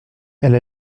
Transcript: elle